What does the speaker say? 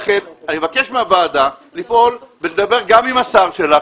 לכן אני מבקש מהוועדה לפעול ולדבר גם עם השר שלך,